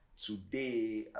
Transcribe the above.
Today